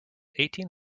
eighteen